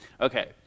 Okay